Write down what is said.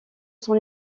son